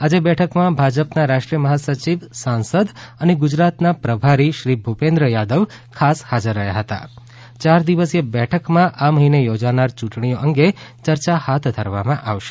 આજે બેઠકમાં ભાજપના રાષ્ટ્રીય મહાસચિવ સાંસદ અને ગુજરાતના પ્રભારી શ્રી ભુપેન્દ્ર થાદવ આજે ખાસ હાજર રહ્યા હતા યાર દિવસીય બેઠકમાં હાલમાં યોજાનાર યુંટણીઓ અંગે યર્યા હાથ ધરવામાં આવશે